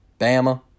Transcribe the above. Bama